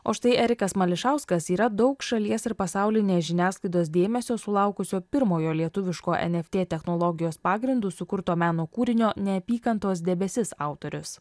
o štai erikas mališauskas yra daug šalies ir pasaulinės žiniasklaidos dėmesio sulaukusio pirmojo lietuviško eft technologijos pagrindu sukurto meno kūrinio neapykantos debesis autorius